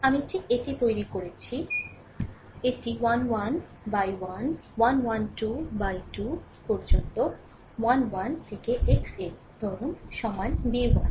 আমি ঠিক এটি তৈরি করছি এটি 1 1 x 1 1 1 2 x 2 পর্যন্ত 1 1 xn ধরো সমান b 1